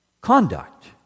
Conduct